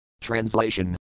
Translation